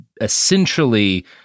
essentially